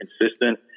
consistent